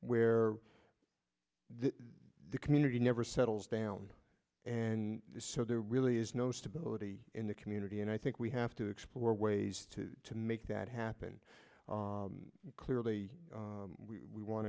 where the community never settles down and so there really is no stability in the community and i think we have to explore ways to to make that happen clearly we w